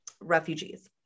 refugees